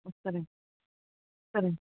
சரிங்க சார் சரிங்க சார்